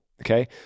okay